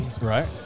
Right